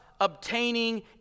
obtaining